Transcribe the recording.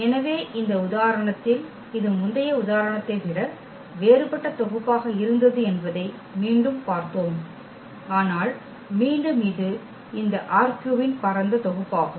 எனவே இந்த உதாரணத்தில் இது முந்தைய உதாரணத்தை விட வேறுபட்ட தொகுப்பாக இருந்தது என்பதை மீண்டும் பார்த்தோம் ஆனால் மீண்டும் இது இந்த ℝ3 இன் பரந்த தொகுப்பாகும்